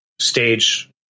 stage